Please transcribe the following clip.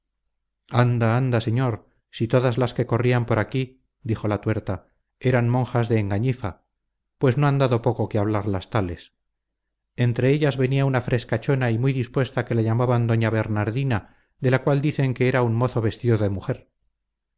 anda anda señor si todas las que corrían por aquí dijo la tuerta eran monjas de engañifa pues no han dado poco que hablar las tales entre ellas venía una frescachona y muy dispuesta que la llamaban doña bernardina de la cual dicen que era un mozo vestido de mujer